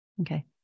Okay